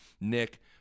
Nick